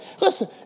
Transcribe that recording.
listen